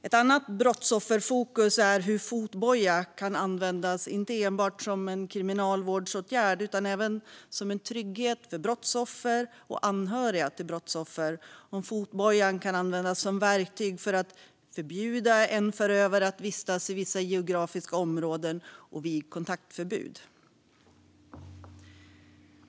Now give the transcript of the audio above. Ett annat brottsofferfokus är hur fotboja kan användas inte enbart som en kriminalvårdsåtgärd utan även som en trygghet för brottsoffer och anhöriga till brottsoffer om fotbojan kan användas som verktyg för att förbjuda en förövare att vistas i vissa geografiska områden och vid kontaktförbud.